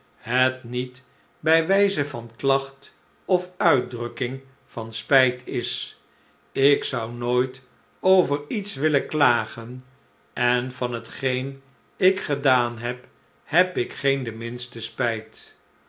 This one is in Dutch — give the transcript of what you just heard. het niet bij wijze van klacht of uitdrukking van spijt is ik zou nooit over iets willen klagen en van hetgeen ik gedaan heb heb ik geen de minste spijt